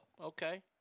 Okay